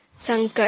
संकट